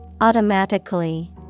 Automatically